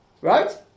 Right